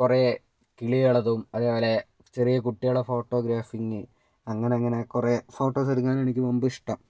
കുറേ കിളികൾ അതും അതേപോലെ ചെറിയ കുട്ടികളെ ഫോട്ടോഗ്രാഫിങ്ങ് അങ്ങനെ അങ്ങനെ കുറേ ഫോട്ടോസ് എടുക്കാനും എനിക്ക് മുമ്പ് ഇഷ്ടം